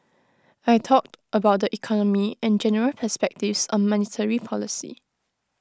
I talked about the economy and general perspectives on monetary policy